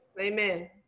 Amen